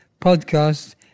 Podcast